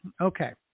okay